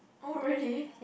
oh really